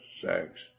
sex